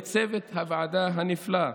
לצוות הוועדה הנפלא,